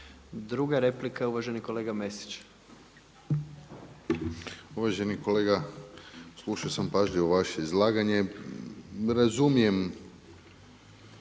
Druga replika je uvaženi kolega Mesić. **Mesić, Jasen (HDZ)** Uvaženi kolega, slušao sam pažljivo vaše izlaganje. Razumijem